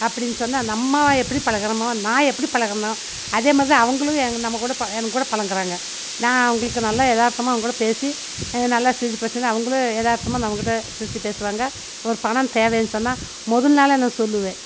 அப்படின்னு சொன்னால் நம்ம எப்படி பழகுறோமோ நான் எப்படி பழகுறனோ அதே மாதிரிதான் அவங்களும் நம்ம கூட என் கூட பழகுறாங்க நான் அவங்களுக்கு நல்ல எதார்த்தமாக அவங்க கூட பேசி நல்லா சிரிச்சு பேசினா அவங்களும் எதார்த்தமாக நம்மகிட்ட சிரிச்சு பேசுவாங்க ஒரு பணம் தேவைன்னு சொன்னால் முதல் நாளே நான் சொல்லுவேன்